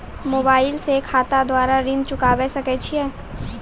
Mobile से खाता द्वारा ऋण चुकाबै सकय छियै?